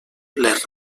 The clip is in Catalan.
les